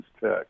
Tech